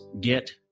get